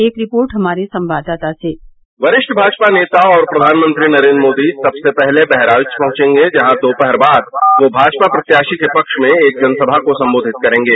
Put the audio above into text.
एक रिपोर्ट हमारे संवाददाता सेः प्रधानमंत्री नरेन्द्र मोदी सबसे पहले बहराइच पहुंचेगे जहां वो दोपहर बाद भाजपा प्रत्याशी के पक्ष में एक जनसभा को संबोधित करेंगे